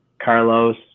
Carlos